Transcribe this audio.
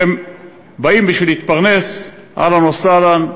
שהם באים כדי להתפרנס, אהלן וסהלן,